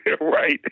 Right